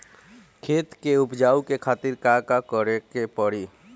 खेत के उपजाऊ के खातीर का का करेके परी?